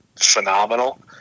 phenomenal